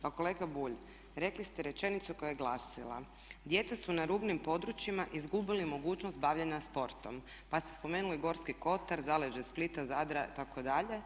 Pa kolega Bulj rekli ste rečenicu koja je glasila: "Djeca su na rubnim područjima izgubili mogućnost bavljenja sportom." Pa ste spomenuli Gorski kotar, zaleđe Splita, Zadra itd.